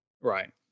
right